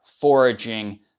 foraging